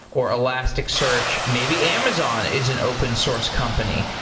or elasticsearch. maybe amazon is an open source company.